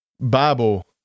Bible